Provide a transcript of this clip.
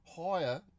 higher